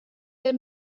der